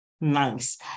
Nice